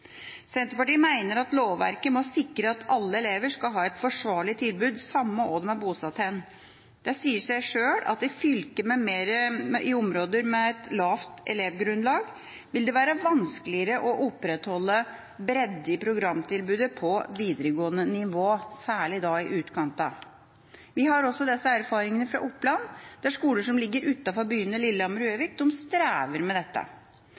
Senterpartiet mener lovverket må sikre at alle elever skal ha et forsvarlig tilbud uansett hvor de er bosatt. Det sier seg sjøl at det i områder med et lavt elevgrunnlag vil være vanskeligere å opprettholde bredde i programtilbudet på videregående nivå, særlig i utkantstrøkene. Vi har også disse erfaringene fra Oppland, der skoler som ligger utenfor byene Lillehammer og Gjøvik, strever med dette.